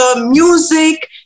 music